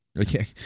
Okay